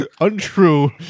untrue